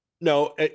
no